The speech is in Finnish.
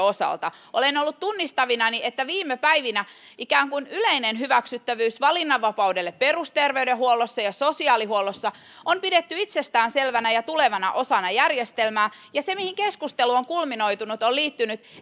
osalta olen ollut tunnistavinani viime päivinä että ikään kuin yleistä hyväksyttävyyttä valinnanvapaudelle perusterveydenhuollossa ja sosiaalihuollossa on pidetty itsestään selvänä ja tulevana osana järjestelmää ja se mihin keskustelu on kulminoitunut on liittynyt